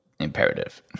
imperative